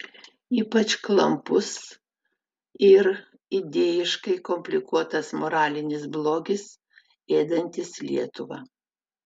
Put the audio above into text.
ypač klampus ir idėjiškai komplikuotas moralinis blogis ėdantis lietuvą